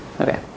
Okay